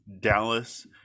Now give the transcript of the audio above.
Dallas